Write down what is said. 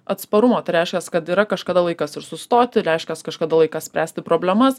atsparumo tai reiškias kad yra kažkada laikas ir sustoti ir reiškias kažkada laikas spręsti problemas